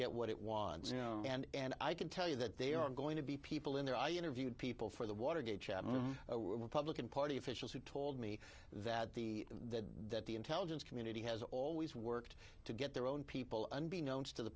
get what it wants and i can tell you that they are going to be people in there i interviewed people for the watergate republican party officials who told me that the the that the intelligence community has always worked to get their own people unbeknownst to the